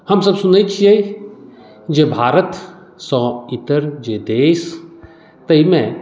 हमसब सुनैत छियै जे भारतसँ इतर जे देश ताहिमे